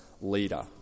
leader